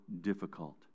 difficult